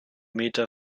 meter